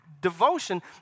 devotion